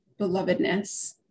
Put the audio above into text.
belovedness